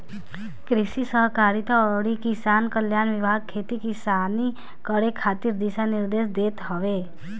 कृषि सहकारिता अउरी किसान कल्याण विभाग खेती किसानी करे खातिर दिशा निर्देश देत हवे